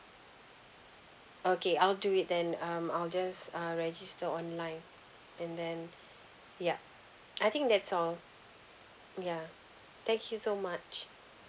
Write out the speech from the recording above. okay I'll do it then um I'll just uh register online and then yup I think that's all ya thank you so much